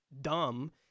dumb